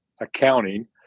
accounting